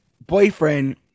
boyfriend